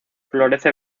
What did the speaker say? florece